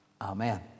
Amen